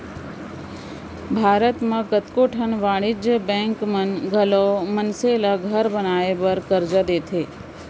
भारत म कतको ठन वाणिज्य बेंक मन घलौ मनसे मन ल घर बनाए बर करजा देथे